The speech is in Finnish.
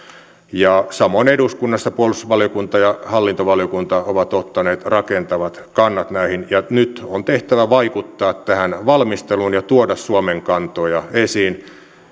ja samoin eduskunnassa puolustusvaliokunta ja hallintovaliokunta ovat ottaneet rakentavat kannat näihin nyt on tehtävänä vaikuttaa tähän valmisteluun ja tuoda suomen kantoja esiin